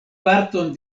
parton